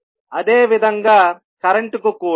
అదేవిధంగా కరెంట్ కు కూడా